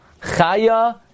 Chaya